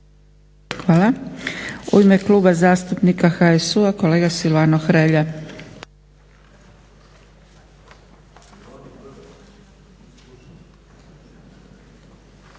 Hvala. U ime Kluba zastupnika HSU-a kolega Silvano Hrelja.